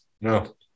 No